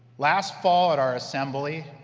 last fall at our assembly,